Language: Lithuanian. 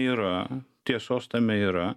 yra tiesos tame yra